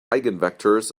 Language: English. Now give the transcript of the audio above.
eigenvectors